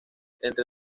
entre